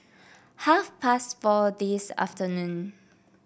half past four this afternoon